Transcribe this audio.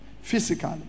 physically